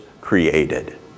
created